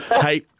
hey